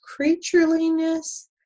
creatureliness